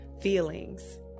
feelings